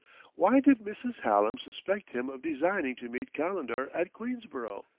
why did mrs. hallam suspect him of designing to meet calendar at queensborough?